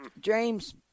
James